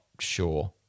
sure